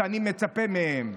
שאני מצפה מהן?